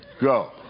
Go